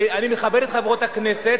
ואני מכבד את חברות הכנסת,